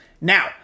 Now